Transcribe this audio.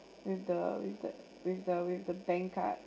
with the with the with the with the bank card